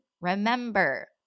remember